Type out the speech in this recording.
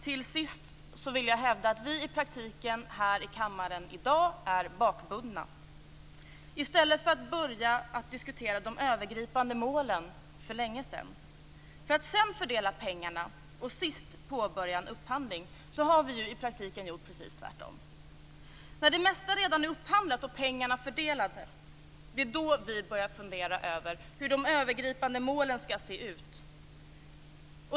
Till sist vill jag hävda att vi här i kammaren i dag i praktiken är bakbundna. I stället för att för länge sedan ha börjat med att diskutera de övergripande målen, för att sedan fördela pengarna och sist påbörja en upphandling, har vi i praktiken gjort precis tvärtom. När det mesta redan är upphandlat och pengarna fördelade börjar vi fundera över hur de övergripande målen skall se ut.